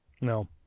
No